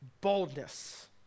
boldness